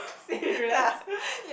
serious